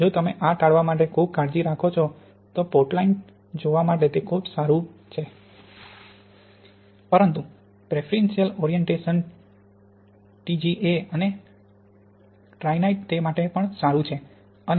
જો તમે આ ટાળવા માટે ખૂબ કાળજી રાખો છો તો પોર્ટલેન્ડલાઇટ જોવા માટે તે ખૂબ સારું છે પરંતુ પ્રેફરન્શિયલ ઓરિએન્ટેશન ટીજીએ અને ટ્રાઇનાઇટ તે માટે પણ સારું છે